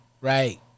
Right